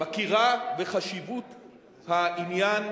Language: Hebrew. מכירה בחשיבות העניין,